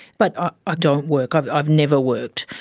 but ah i don't work, i've i've never worked.